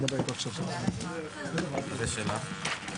הישיבה ננעלה בשעה 14:00.